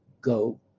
go